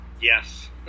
yes